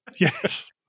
Yes